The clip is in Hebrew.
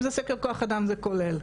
אם זה סקר כוח אדם זה כולל,